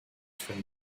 from